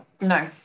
No